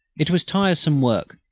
it was tiresome work,